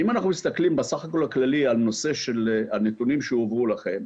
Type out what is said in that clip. אם אנחנו מסתכלים בסך הכול הכללי על נושא של הנתונים שהועברו לכם,